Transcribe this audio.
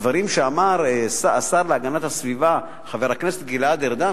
הדברים שאמר השר להגנת הסביבה חבר הכנסת גלעד ארדן